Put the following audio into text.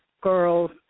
girls